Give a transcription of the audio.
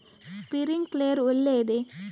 Sprinkler ಒಳ್ಳೇದೇ?